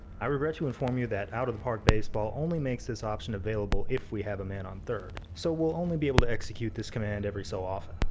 i regret to inform you that out of the park baseball only makes this option available if we have a man on third. so, we'll only be able to execute this command every so often.